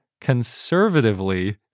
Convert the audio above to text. Conservatively